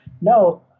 no—